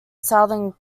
southern